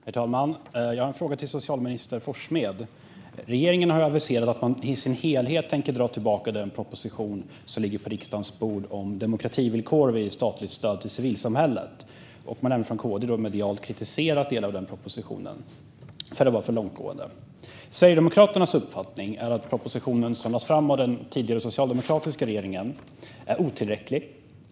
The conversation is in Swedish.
Herr talman! Jag har en fråga till socialminister Forssmed. Regeringen har aviserat att man tänker dra tillbaka den proposition som ligger på riksdagens bord om demokrativillkor vid statligt stöd till civilsamhället. KD har även medialt kritiserat propositionen för att vara för långtgående. Sverigedemokraternas uppfattning är att propositionen, som lades fram av den tidigare socialdemokratiska regeringen, är otillräcklig.